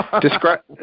describe